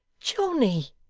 johnny,